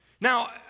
Now